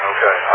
Okay